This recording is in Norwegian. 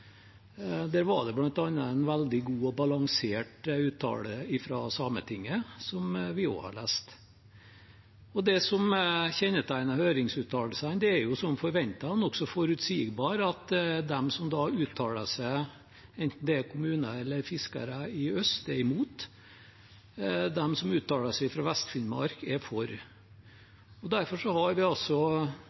Der var det bl.a. en veldig god og balansert uttalelse fra Sametinget, som vi også har lest. Det som kjennetegner høringsuttalelsene, er som forventet nokså forutsigbart. De som uttaler seg i øst, enten det er kommuner eller fiskere, er imot, de som uttaler seg fra Vest-Finnmark, er for. Derfor har vi